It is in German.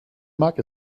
mag